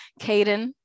Caden